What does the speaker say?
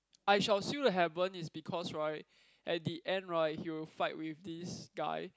I-shall-seal-the-heaven is because right at the end right he will fight with this guy